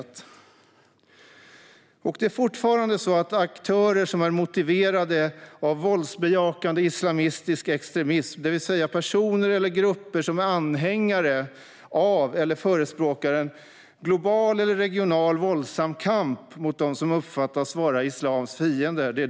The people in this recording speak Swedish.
Det stora terroristhotet, både i Sverige och internationellt, är fortfarande aktörer som är motiverade av våldsbejakande islamistisk extremism, det vill säga personer eller grupper som är anhängare av eller förespråkare för en global eller regional våldsam kamp mot dem som uppfattas vara islams fiender.